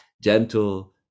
gentle